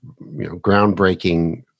groundbreaking